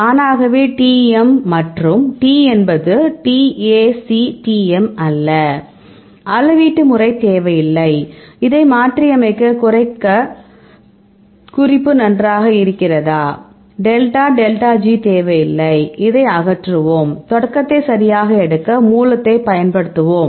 தானாகவே Tm மற்றும் T என்பது Ta C Tm அல்ல அளவீட்டு முறை தேவையில்லை அதை மாற்றியமைப்பதை குறைக்க குறிப்பு நன்றாக இருக்கிறதா டெல்டா டெல்டா G தேவையில்லை இதை அகற்றுவோம் தொடக்கத்தை சரியாக எடுக்க மூலத்தை பயன்படுத்துவோம்